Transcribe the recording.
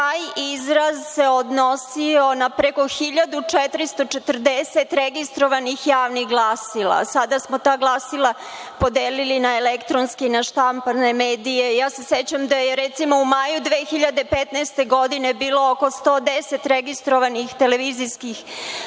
Taj izraz, se odnosio na preko 1440 registrovanih javnih glasila. Sada smo ta glasila podelili na elektronske i na štampane medije.Sećam se da je, recimo, u maju 2015. godine bilo oko 110 registrovanih televizijskih